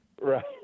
Right